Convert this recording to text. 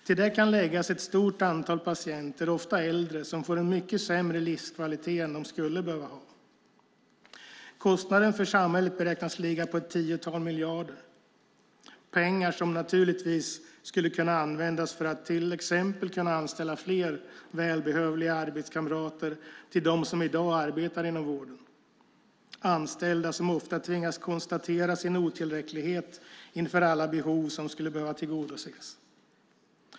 Till det kan läggas ett stort antal patienter, ofta äldre, som får mycket sämre livskvalitet än de skulle behöva ha. Kostnaden för samhället beräknas ligga på ett tiotal miljarder. Det är pengar som naturligtvis skulle kunna användas för att till exempel anställa fler välbehövliga arbetskamrater till dem som i dag arbetar inom vården. Det är anställda som ofta tvingas konstatera sin otillräcklighet inför alla behov som skulle behöva tillgodoses.